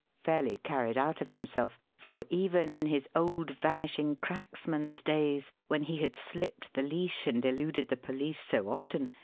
fairly carried out of himself for, even in his old vanishing cracksman's days, when he had slipped the leash and eluded the police so often,